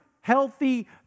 healthy